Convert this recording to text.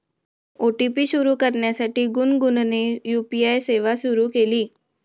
OTP सुरू करण्यासाठी गुनगुनने यू.पी.आय सेवा सुरू केली